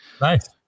Nice